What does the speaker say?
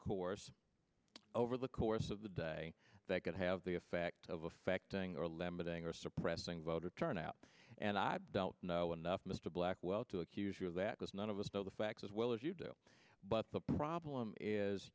course over the course of the day that could have the effect of affecting or limiting or suppressing voter turnout and i doubt you know enough mr blackwell to accuse you of that because none of us know the facts as well as you do but the problem is